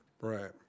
Right